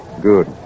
Good